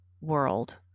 world